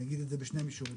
אני אגיד את זה בשני מישורים,